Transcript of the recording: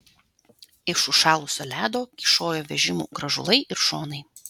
iš užšalusio ledo kyšojo vežimų grąžulai ir šonai